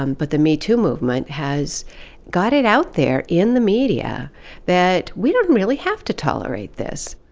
um but the me too movement has got it out there in the media that we don't really have to tolerate this.